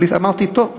אבל אמרתי: טוב,